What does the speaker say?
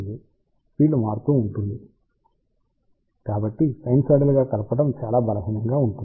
field మారుతూ ఉంటుంది కాబట్టి సైనూసోయిడల్ గా కలపడం చాలా బలహీనంగా ఉంటుంది